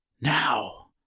now